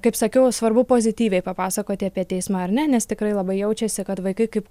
kaip sakiau svarbu pozityviai papasakoti apie teismą ar ne nes tikrai labai jaučiasi kad vaikai kaip